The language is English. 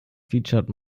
featured